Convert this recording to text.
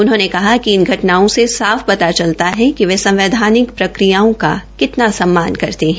उन्होंने कहा कि इन घटनाओं से साफ पता चलता है कि वे संवैधानिक प्रक्रियाओं का कितना सम्मान करते है